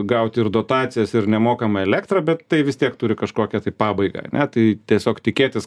gauti ir dotacijas ir nemokamą elektrą bet tai vis tiek turi kažkokią tai pabaigą ane tai tiesiog tikėtis